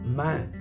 man